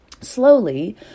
Slowly